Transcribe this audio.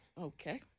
Okay